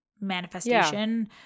manifestation